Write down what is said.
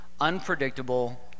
unpredictable